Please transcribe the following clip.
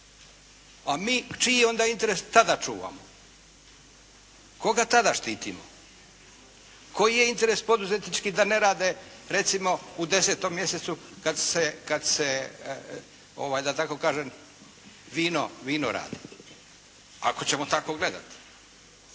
A mi, čiji onda interes tada čuvamo? Koga tada štitimo? Koji je interes poduzetnički da ne rade recimo u 10. mjesecu kad se da tako kažem vino radi, ako ćemo tako gledati?